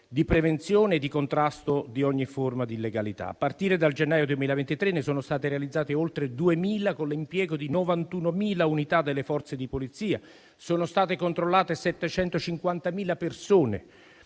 di prevenzione e di contrasto di ogni forma di illegalità. A partire dal gennaio 2023 ne sono state realizzate oltre 2.000, con l'impiego di 91.000 unità delle Forze di polizia; sono state controllate 750.000 persone,